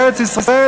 בארץ-ישראל,